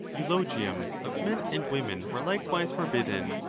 eulogiums of men and women were likewise forbidden,